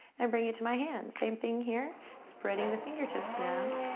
and bring it to my hands. same thing here. spreading the fingertips now.